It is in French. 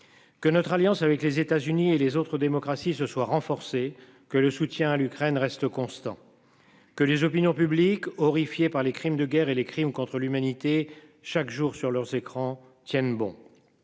Que notre alliance avec les États-Unis et les autres démocraties se soit renforcée que le soutien à l'Ukraine reste constant. Que les opinions publiques horrifiée par les crimes de guerre et les crimes contre l'humanité chaque jour sur leurs écrans tiennent bon.